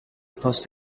supposed